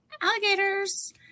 alligators